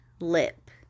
lip